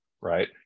right